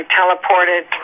teleported